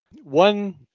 one